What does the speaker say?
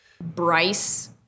Bryce